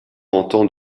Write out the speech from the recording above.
entend